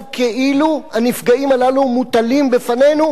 כאילו הנפגעים הללו מוטלים בפנינו,